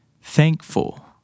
Thankful